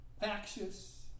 factious